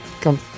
Come